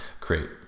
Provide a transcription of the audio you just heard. create